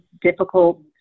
difficult